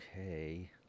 okay